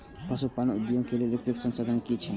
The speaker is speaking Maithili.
पशु पालन उद्योग के लेल उपयुक्त संसाधन की छै?